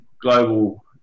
global